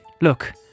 Look